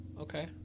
okay